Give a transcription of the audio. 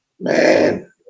man